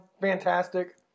fantastic